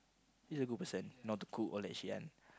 he's a good person know how to cook all that shit one